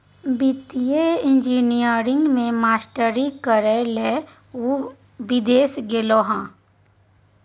वित्तीय इंजीनियरिंग मे मास्टरी करय लए ओ विदेश गेलाह